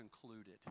concluded